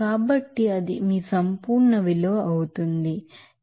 కాబట్టి అది మీ సంపూర్ణ విలువ అవుతుంది ఇది మీరు 1